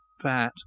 fat